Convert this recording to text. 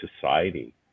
society